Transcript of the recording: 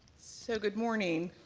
so good morning.